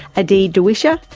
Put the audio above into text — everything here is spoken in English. adeed dawisha,